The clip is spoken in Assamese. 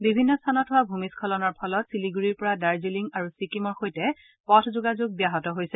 বিভিন্ন স্থানত হোৱা ভূমিশ্বলনৰ ফলত শিলিগুৰিৰ পৰা দাৰ্জিলিং আৰু ছিকিমৰ সৈতে পথ যোগাযোগ ব্যাহত হৈছে